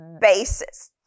basis